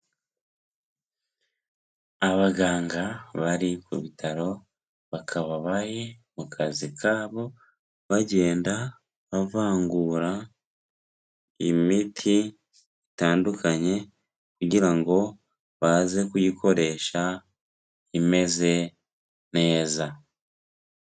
Abaganga bari ku bitaro, bakaba bari mu kazi kabo bagenda bavangura imiti itandukanye, kugira ngo baze kuyikoresha imeze neza.